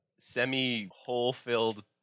Semi-hole-filled